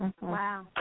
Wow